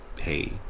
hey